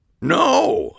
No